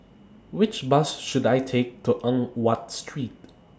Which Bus should I Take to Eng Watt Street